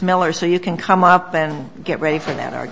miller so you can come up and get ready for that ar